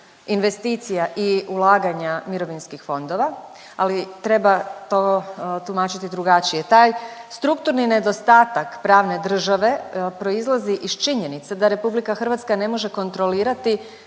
investicija i ulaganja mirovinskih fondova, ali treba to tumačiti drugačije. Taj strukturni nedostatak pravne države proizlazi iz činjenice da RH ne može kontrolirati